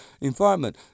environment